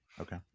Okay